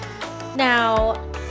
now